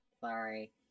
Sorry